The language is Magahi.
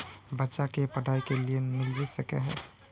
बच्चा के पढाई के लिए लोन मिलबे सके है?